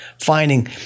finding